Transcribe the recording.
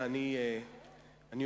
אלה דברים